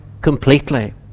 completely